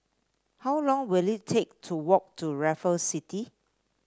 how long will it take to walk to Raffles City